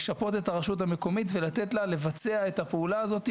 לשפות את הרשות המקומית ולתת לה לבצע את הפעולה הזאת,